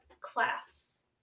class